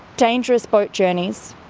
dangerous boat journeys